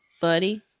buddy